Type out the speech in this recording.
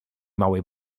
małej